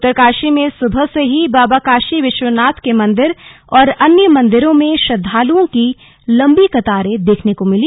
उत्तरकाशी में सुबह से ही बाबा काशी विश्वनाथ के मंदिर और अन्य मन्दिरों में श्रद्वालुओं की लंबी कतारें देखने को मिली